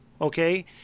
Okay